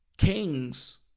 Kings